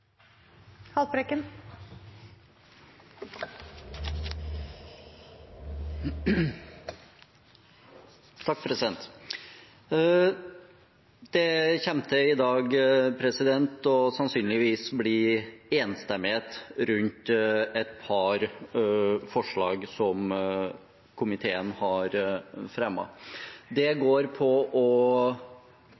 til å bli enstemmighet rundt et par forslag som komiteen har fremmet. Det